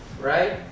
right